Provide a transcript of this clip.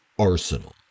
arsenal